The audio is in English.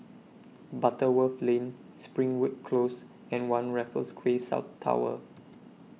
Butterworth Lane Springwood Close and one Raffles Quay South Tower